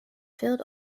field